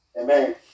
Amen